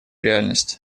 реальность